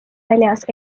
väljas